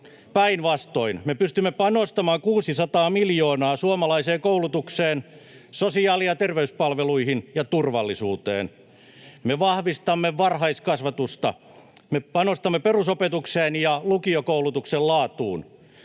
päinvastoin. Me pystymme panostamaan 600 miljoonaa suomalaiseen koulutukseen, sosiaali- ja terveyspalveluihin ja turvallisuuteen. Me vahvistamme varhaiskasvatusta, me panostamme perusopetukseen ja lukiokoulutuksen laatuun.